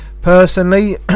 personally